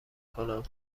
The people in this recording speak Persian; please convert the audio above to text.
کنم